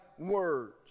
words